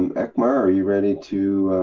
and eckmar are you ready to